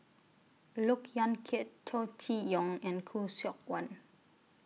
Look Yan Kit Chow Chee Yong and Khoo Seok Wan